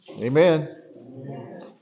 Amen